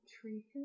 Tree